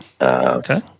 Okay